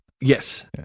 Yes